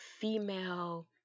female